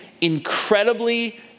incredibly